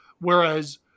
Whereas